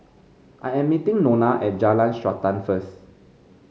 I am meeting Nona at Jalan Srantan first